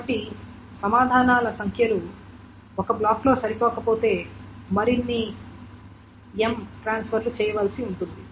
కాబట్టి సమాధానాల సంఖ్యలు ఒక బ్లాక్లో సరిపోకపోతే మరిన్ని m ట్రాన్స్ఫర్ లు చేయవలసి ఉంటుంది